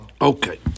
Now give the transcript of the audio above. Okay